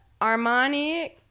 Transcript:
Armani